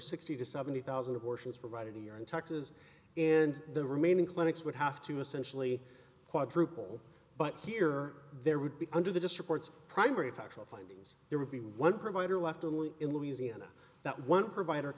sixty to seventy thousand abortions provided a year in texas and the remaining clinics would have to essentially quadruple but here there would be under the disappoints primary factual findings there would be one provider left only in louisiana that one provider